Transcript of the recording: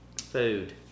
food